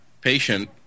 patient